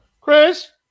Chris